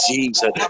Jesus